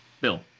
Bill